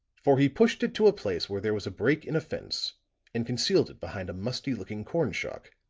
for he pushed it to a place where there was a break in a fence and concealed it behind a musty-looking corn shock,